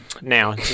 now